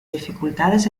dificultades